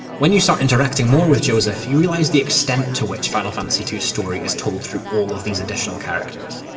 when you start interacting more with josef, you realise the extent to which final fantasy ii's story is told through all of these additional characters.